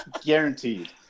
Guaranteed